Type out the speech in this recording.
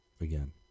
again